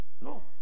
no